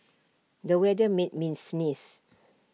the weather made me sneeze